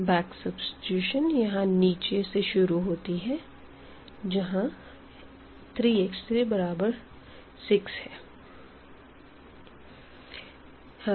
back substitution यहाँ नीचे से शुरू होती है जहाँ 3x3 बराबर है 6 के